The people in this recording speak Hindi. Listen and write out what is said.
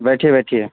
बैठिए बैठिए